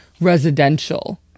residential